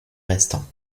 restants